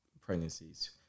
pregnancies